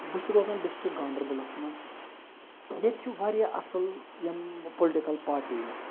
بہٕ چھس روزان ڈِسٹِرٛک گاندَربَلَس منٛز ییٚتہِ چھِ واریاہ اَصٕل یِم پُلٹِکَل پاٹیٖز